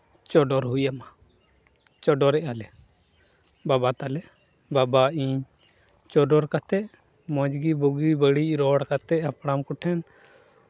ᱪᱚᱰᱚᱨ ᱦᱩᱭ ᱟᱢᱟ ᱪᱚᱰᱚᱨᱮᱫᱼᱟ ᱞᱮ ᱵᱟᱵᱟ ᱛᱟᱞᱮ ᱵᱟᱵᱟ ᱤᱧ ᱪᱚᱰᱚᱨ ᱠᱟᱛᱮᱫ ᱢᱚᱡᱽ ᱜᱮ ᱵᱩᱜᱤ ᱵᱟᱹᱲᱤᱡ ᱨᱚᱲ ᱠᱟᱛᱮᱫ ᱦᱟᱯᱲᱟᱢ ᱠᱚᱴᱷᱮᱱ